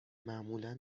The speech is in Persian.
معمولا